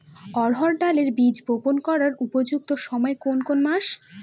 অড়হড় ডালের বীজ বপন করার উপযুক্ত সময় কোন কোন মাস?